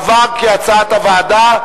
עבר כהצעת הוועדה,